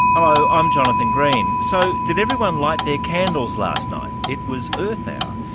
hello, i'm jonathan green. so, did everyone light their candles last night? it was earth hour.